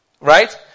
Right